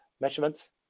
measurements